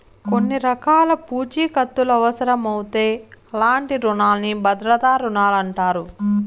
కొన్ని రకాల పూఛీకత్తులవుసరమవుతే అలాంటి రునాల్ని భద్రతా రుణాలంటారు